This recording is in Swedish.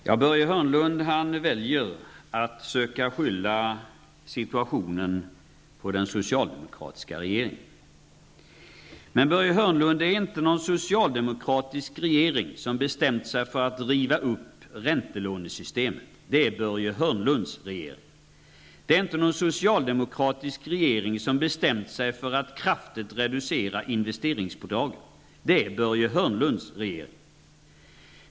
Herr talman! Börje Hörnlund väljer att försöka skylla situationen på den socialdemokratiska regeringen. Men, Börje Hörnlund, det är inte någon socialdemokratisk regering som har bestämt sig för att riva upp räntelånesystemet. Det är Börje Hörnlunds regering. Det är inte någon socialdemokratisk regering som bestämt sig för att kraftigt reducera investeringsbidragen. Det är Börje Hörnlunds regering.